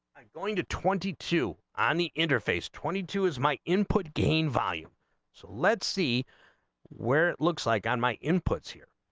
going to twenty two on the interface twenty two is mike input gain volume so lead c where it looks like i might inputs here